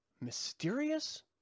mysterious